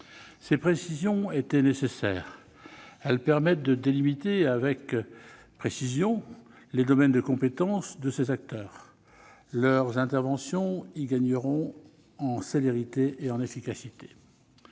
Ces dispositions étaient nécessaires. Elles permettent de délimiter avec précision les domaines de compétence de ces acteurs, dont les interventions gagneront en célérité et en efficacité.